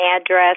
address